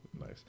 Nice